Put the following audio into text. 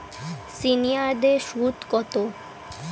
সিনিয়ারদের সুদ কত?